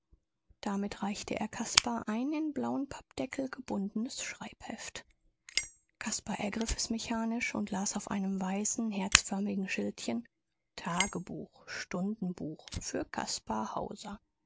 damit reichte er caspar ein in blauen pappendeckel gebundenes schreibheft caspar ergriff es mechanisch und las auf einem weißen herzförmigen schildchen tagebuch stundenbuch für